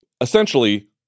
Essentially